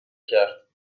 کرد